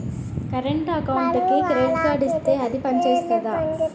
Current అకౌంట్కి credit card ఇత్తే అది పని చేత్తదా?